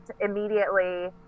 immediately